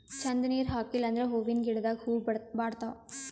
ಛಂದ್ ನೀರ್ ಹಾಕಿಲ್ ಅಂದ್ರ ಹೂವಿನ ಗಿಡದಾಗ್ ಹೂವ ಬಾಡ್ತಾವ್